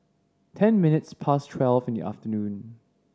ten minutes past twelve in afternoon